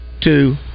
two